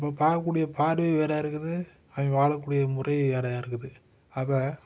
நம்ம பார்க்கக்கூடிய பார்வை வேறாக இருக்குது அவங்க வாழக்கூடிய முறை வேறயாக இருக்குது அப்போ